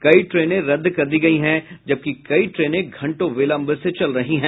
कई ट्रेनें रद्द कर दी गयी हैं जबकि कई ट्रेने घंटो विलंब से चल रही है